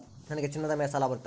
ನನಗೆ ಚಿನ್ನದ ಮೇಲೆ ಸಾಲ ಬರುತ್ತಾ?